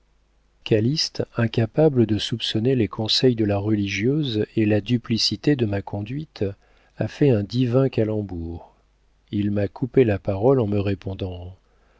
calyste incapable de soupçonner les conseils de la religieuse et la duplicité de ma conduite a fait un divin calembour il m'a coupé la parole en me répondant